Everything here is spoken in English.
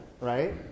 right